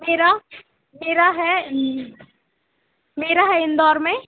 मेरा मेरा है मेरा है इंदौर में